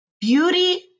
Beauty